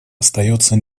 остается